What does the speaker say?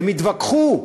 הם התווכחו,